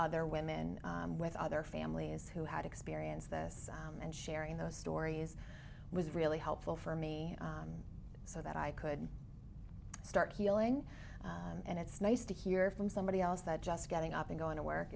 other women with other families who had experienced this and sharing those stories was really helpful for me so that i could start healing and it's nice to hear from somebody else that just getting up and going to work